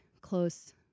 close